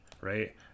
right